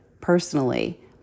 personally